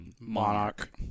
Monarch